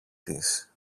της